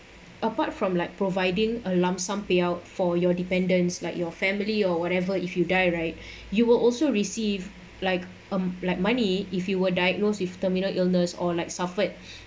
apart from like providing a lump sum payout for your dependents like your family or whatever if you die right you will also receive like um like money if you were diagnosed with terminal illness or like suffered